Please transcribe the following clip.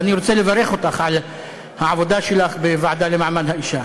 ואני רוצה לברך אותך על העבודה שלך בוועדה לקידום מעמד האישה.